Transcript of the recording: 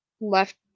left